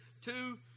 two